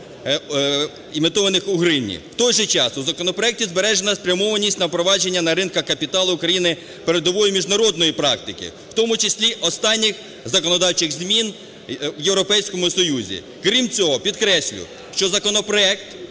В той же час, у законопроекті збережена спрямованість на впровадження на ринках капіталу України передової міжнародної практики, в тому числі останніх законодавчих змін в Європейському Союзі. Крім цього, підкреслю, що законопроект,